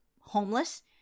homeless